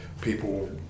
people